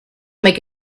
make